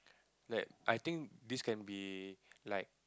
that I think this can be like